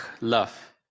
love